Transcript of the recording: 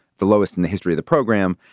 the lowest in the history of the program.